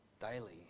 daily